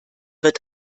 wird